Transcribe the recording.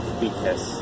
weakness